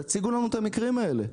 תציגו לנו את המקרים האלה.